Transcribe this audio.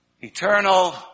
Eternal